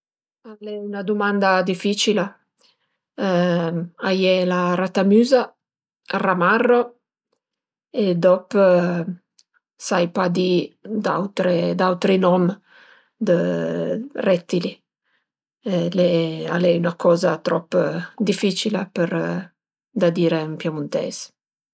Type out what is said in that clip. Al e üna dumanda dificila: a ie la ratamüza, ël ramarro e dop sai pa di d'autre d'autri nom dë rettili al e üna coza trop dificila për da dire ën piemunteis